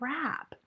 crap